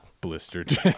blistered